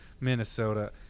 Minnesota